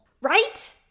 Right